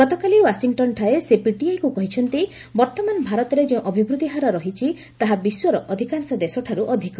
ଗତକାଳି ଓ୍ୱାଶିଂଟନ୍ଠାରେ ସେ ପିଟିଆଇକୁ କହିଛନ୍ତି ବର୍ତ୍ତମାନ ଭାରତରେ ଯେଉଁ ଅଭିବୃଦ୍ଧି ହାର ରହିଛି ତାହା ବିଶ୍ୱର ଅଧିକାଂଶ ଦେଶଠାରୁ ଅଧିକ